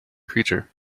creature